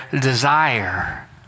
desire